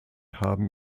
haben